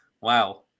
Wow